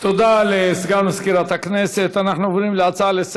מפעל הפיס לא העביר 230